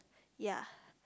ya